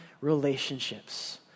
relationships